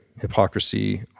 hypocrisy